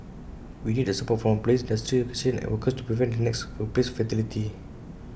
we need the support from employers industry associations and workers to prevent the next workplace fatality